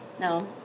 No